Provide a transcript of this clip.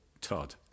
Todd